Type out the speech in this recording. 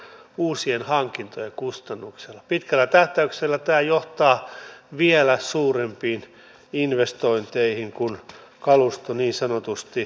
minusta tämä asia voidaan jättää historian dosenteille jos kuitenkin näemme että tuloksia näiden kolmen ensimmäisen asian suhteen on jatkossa odotettavissa